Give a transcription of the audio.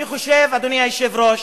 אני חושב, אדוני היושב-ראש,